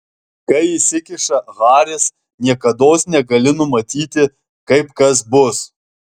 kai įsikiša haris niekados negali numatyti kaip kas bus